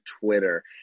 Twitter